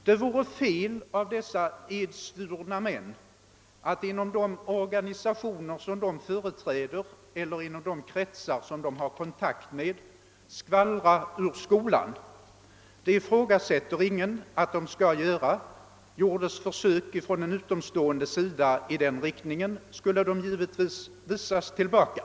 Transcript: Det vore fel av dessa edsvurna män att inom de organisationer som de företräder eller de kretsar som de har kontakt med skvallra ur skolan. Det ifrågasätter ingen att de skall göra; gjordes försök från utomståendes sida i den riktningen skulle de givetvis visas tillbaka.